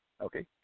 Okay